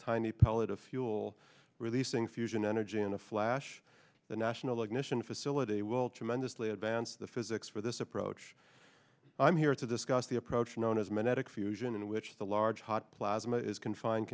tiny pellet of fuel releasing fusion energy in a flash the national ignition facility will tremendously advance the physics for this approach i'm here to discuss the approach known as magnetic fusion in which the large hot plasma is confined